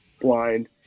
blind